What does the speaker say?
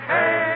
Hey